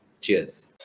Cheers